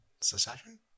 secession